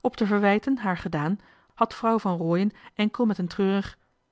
op de verwijten haar gedaan had vrouw van rooien enkel met een treurig